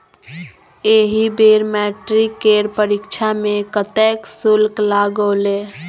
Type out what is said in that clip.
एहि बेर मैट्रिक केर परीक्षा मे कतेक शुल्क लागलौ?